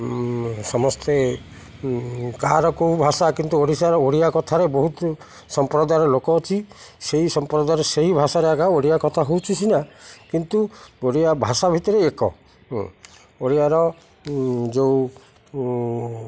ସମସ୍ତେ କାହାର କେଉଁ ଭାଷା କିନ୍ତୁ ଓଡ଼ିଶାର ଓଡ଼ିଆ କଥାରେ ବହୁତ ସମ୍ପ୍ରଦାୟର ଲୋକ ଅଛି ସେହି ସମ୍ପ୍ରଦାୟରେ ସେହି ଭାଷାରେ ଆକା ଓଡ଼ିଆ କଥା ହେଉଛୁ ସିନା କିନ୍ତୁ ଓଡ଼ିଆ ଭାଷା ଭିତରେ ଏକ ଓଡ଼ିଆର ଯେଉଁ